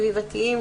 סביבתיים,